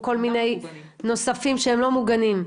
כל מיני נוספים שהם לא מוגנים.